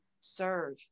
serve